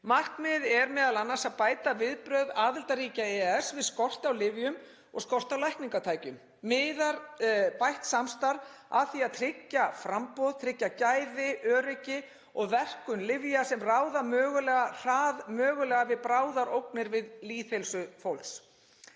Markmiðið er m.a. að bæta viðbrögð aðildarríkja EES við skorti á lyfjum og skorti á lækningatækjum. Miðar bætt samstarf að því að tryggja framboð, gæði, öryggi og verkun lyfja sem ráða mögulega við bráðar ógnir við lýðheilsu fólks.